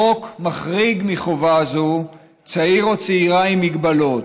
החוק מחריג מחובה זו צעיר או צעירה עם מגבלות.